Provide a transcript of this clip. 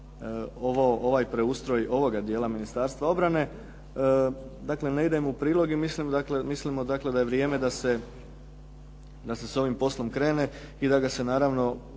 ovaj preustroj ovoga dijela Ministarstva obrane. Dakle, ne idemo u prilog, jer mislimo dakle da je vrijeme da se s ovim poslom krene i da ga se naravno